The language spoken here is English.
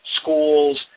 schools